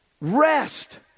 rest